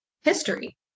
history